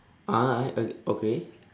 ah oh okay